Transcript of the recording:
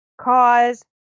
cause